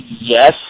yes